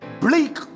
bleak